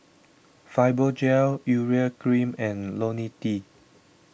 Fibogel Urea Cream and Lonil T